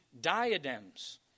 diadems